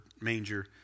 manger